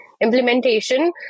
implementation